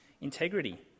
integrity